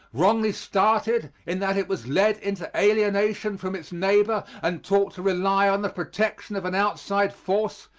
wrongly started, in that it was led into alienation from its neighbor and taught to rely on the protection of an outside force,